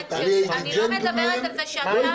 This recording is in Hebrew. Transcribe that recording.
מדברת על זה שאתה --- אני הייתי ג'נטלמן,